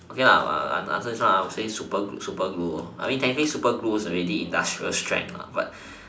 okay I I answer is super good super glue I mean technically super glue is already industrial strength but